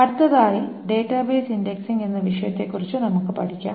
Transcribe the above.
അടുത്തതായി database indexing എന്ന വിഷയത്തെക്കുറിച്ച് നമുക്ക് പഠിക്കാം